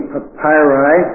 Papyri